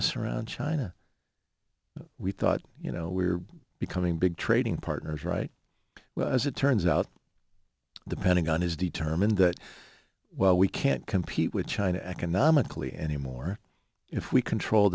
surround china we thought you know we're becoming big trading partners right well as it turns out the pentagon is determined that well we can't compete with china economically anymore if we control